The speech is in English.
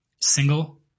single